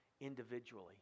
individually